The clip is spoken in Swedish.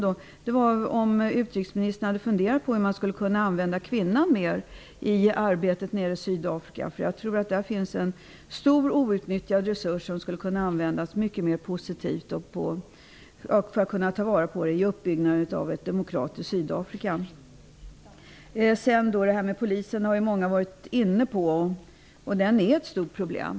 Jag frågade om utrikesministern hade funderat på hur man skulle kunna använda kvinnorna mer i arbetet nere i Sydafrika. Jag tror att det finns en stor outnyttjad resurs där som skulle kunna användas på ett positivt sätt i uppbyggnaden av ett demokratiskt Sydafrika. Många har varit inne på detta med polisen. Den är ett stort problem.